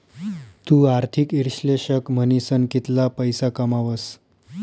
तु आर्थिक इश्लेषक म्हनीसन कितला पैसा कमावस